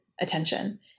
attention